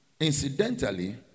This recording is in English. incidentally